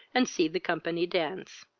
and see the company dance.